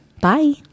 Bye